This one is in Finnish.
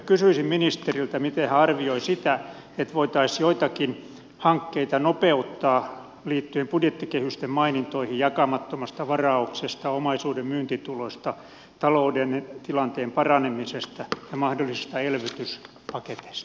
kysyisin ministeriltä miten hän arvioi sitä että voitaisiin joitakin hankkeita nopeuttaa liittyen budjettikehysten mainintoihin jakamattomasta varauksesta omaisuuden myyntituloista talouden tilanteen paranemisesta ja mahdollisesta elvytyspaketista